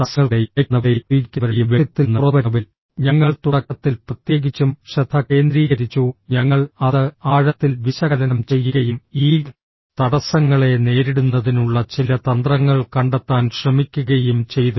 തടസ്സങ്ങൾക്കിടയിൽ അയയ്ക്കുന്നവരുടെയും സ്വീകരിക്കുന്നവരുടെയും വ്യക്തിത്വത്തിൽ നിന്ന് പുറത്തുവരുന്നവയിൽ ഞങ്ങൾ തുടക്കത്തിൽ പ്രത്യേകിച്ചും ശ്രദ്ധ കേന്ദ്രീകരിച്ചു ഞങ്ങൾ അത് ആഴത്തിൽ വിശകലനം ചെയ്യുകയും ഈ തടസ്സങ്ങളെ നേരിടുന്നതിനുള്ള ചില തന്ത്രങ്ങൾ കണ്ടെത്താൻ ശ്രമിക്കുകയും ചെയ്തു